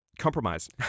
Compromise